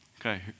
Okay